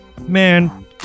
Man